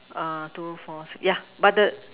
err two four six yeah but the